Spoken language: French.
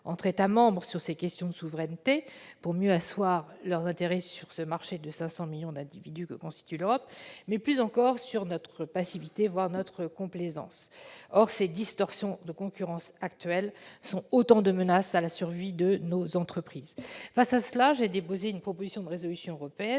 entre États membres sur ces questions de souveraineté pour mieux asseoir leurs intérêts sur ce marché de 500 millions d'individus que constitue l'Europe, mais plus encore de notre passivité, voire de notre complaisance. Or ces distorsions de concurrence actuelles sont autant de menaces à la survie de nos entreprises. Face à cela, j'ai déposé une proposition de résolution européenne,